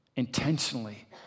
Intentionally